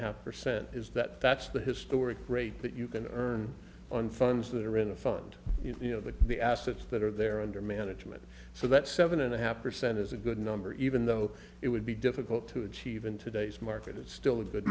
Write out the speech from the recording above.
half percent is that that's the historic rate that you can earn on funds that are in a fund you know that the assets that are there under management so that seven and a half percent is a good number even though it would be difficult to achieve in today's market it's still a good